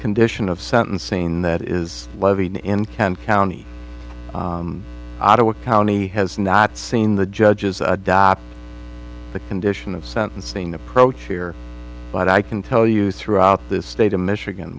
condition of sentencing that is levied in county ottawa county has not seen the judges adopt the condition of sentencing approach here but i can tell you throughout this state of michigan